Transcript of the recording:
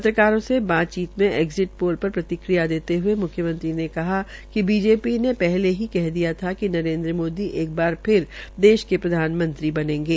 पत्रकारों से बातचीत में एग्जिट पोल पर प्रतिक्रिया देते हये मुख्यमंत्री ने कहा कि बीजेपी ने पहले ही कह दिया था कि नरेन्द्र मोदी एक बार फिर देश के प्रधानमंत्री बनेंगे